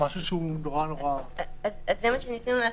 זה מה שניסינו לעשות.